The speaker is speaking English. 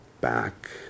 back